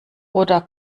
oder